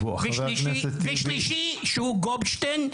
ושלישי שהוא גופשטיין,